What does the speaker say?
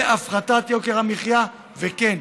בהפחתת יוקר המחיה, וכן,